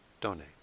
donate